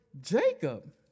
Jacob